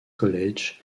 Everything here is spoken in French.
college